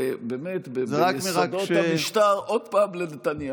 באמת ביסודות המשטר, עוד פעם לנתניהו.